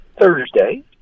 Thursday